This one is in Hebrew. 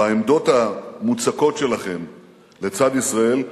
בעמדות המוצקות שלכם לצד ישראל,